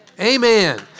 Amen